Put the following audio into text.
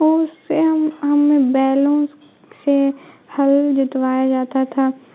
تو اس سے ہم ہمیں بیلوں سے ہل جتوایا جاتا تھا